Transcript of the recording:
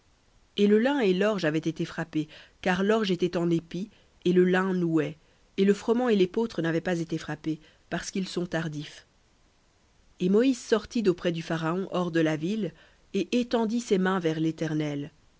et le lin et l'orge avaient été frappés car l'orge était en épis et le lin nouait et le froment et l'épeautre n'avaient pas été frappés parce qu'ils sont tardifs et moïse sortit d'auprès du pharaon hors de la ville et étendit ses mains vers l'éternel